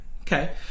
Okay